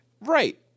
Right